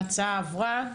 ההצעה עברה.